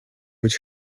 być